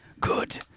Good